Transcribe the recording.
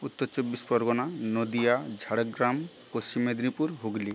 Uttar Chabbish Pargana Nadia Jhargram Paschim Medinipur Hooghly